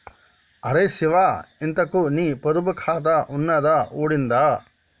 అరే శివా, ఇంతకూ నీ పొదుపు ఖాతా ఉన్నదా ఊడిందా